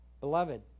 Beloved